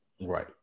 Right